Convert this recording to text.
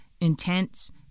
intense